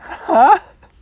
!huh!